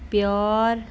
pure